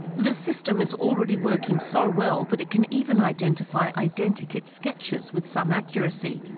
this system is already working. so well that it can even identify identikit sketches with some accuracy.